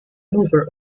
mover